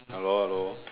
hello hello